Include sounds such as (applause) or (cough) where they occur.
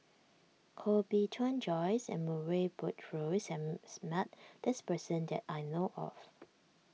Koh Bee Tuan Joyce and Murray Buttrose (unintelligible) met this person that I know of